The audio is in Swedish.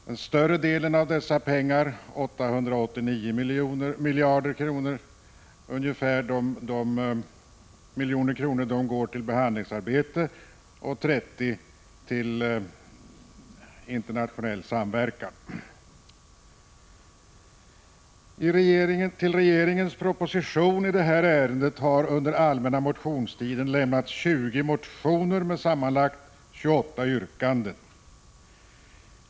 Den större delen av dessa pengar, 889 milj.kr., går till behandlingsarbete och 30 milj.kr. till internationell samverkan. Till regeringens proposition i detta ärende har under den allmänna motionstiden lämnats 20 motioner med sammanlagt 28 yrkanden.